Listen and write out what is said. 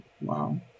Wow